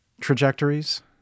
trajectories